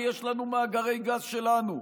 כי יש לנו את מאגרי גז שלנו.